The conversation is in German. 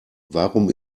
warum